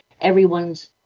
everyone's